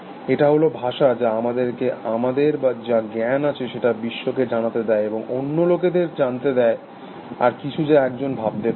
এটা হল ভাষা যা আমাদেরকে আমাদের যা জ্ঞাণ আছে সেটা বিশ্বকে জানাতে দেয় এবং অন্য লোকেদেরকে জানাতে দেয় আর কিছু যা একজন ভাবতে পারে